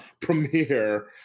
premiere